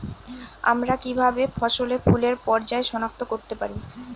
আমরা কিভাবে ফসলে ফুলের পর্যায় সনাক্ত করতে পারি?